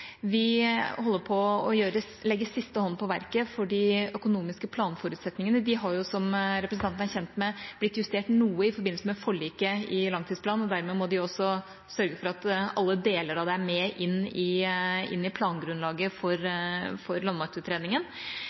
vi går. Vi holder på å legge siste hånd på verket for de økonomiske planforutsetningene. De har, som representanten er kjent med, blitt justert noe i forbindelse med forliket i langtidsplanen, og dermed må man også sørge for at alle deler av det er med inn i plangrunnlaget for landmaktutredningen.